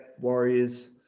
Warriors